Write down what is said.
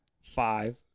five